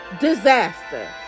disaster